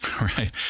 Right